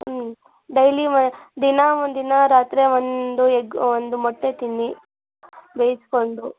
ಹ್ಞೂ ಡೈಲಿ ದಿನ ಒಂದು ದಿನ ರಾತ್ರಿ ಒಂದು ಎಗ್ ಒಂದು ಮೊಟ್ಟೆ ತಿನ್ನಿ ಬೇಯಿಸಿಕೊಂಡು